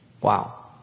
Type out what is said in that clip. Wow